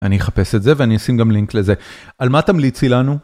אני אחפש את זה ואני אשים גם לינק לזה, על מה תמליצי לנו?